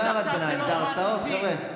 זה לא הערות ביניים, זה הרצאות, חבר'ה.